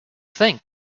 think